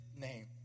name